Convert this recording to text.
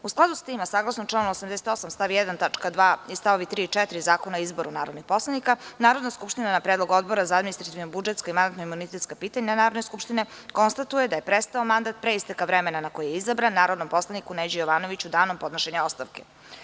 U skladu sa tim, a saglasno članu 88. stav 1. tačka 2. i stavovi 3. i 4. Zakona o izboru narodnih poslanika, Narodna skupština na predlog Odbora za administrativno-budžetska i mandatno-imunitetska pitanja Narodne skupštine konstatuje da je prestao mandat, pre isteka vremena na koji je izabran, narodnom poslaniku Neđi Jovanoviću danom podnošenja ostavke.